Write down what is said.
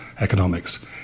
economics